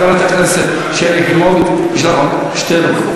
חברת הכנסת שלי יחימוביץ, יש לך עוד שתי דקות.